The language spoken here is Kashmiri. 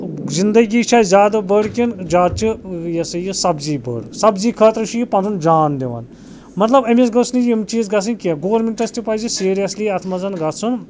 زندگی چھےٚ زیادٕ بٔڑ کِن زیادٕ چھِ یہِ ہَسا یہِ سبزی بٔڑ سبزی خٲطرٕ چھُ یہِ پَنُن جان دِوان مَطلَب أمِس گٔژھنہٕ یِم چیٖز گَژھٕنۍ کیٚنٛہہ گورمٮ۪نٛٹَس تہِ پَزِ سیٖریَسلی اَتھ مَنٛز گَژھُن